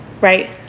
Right